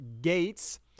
Gates